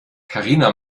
karina